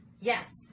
Yes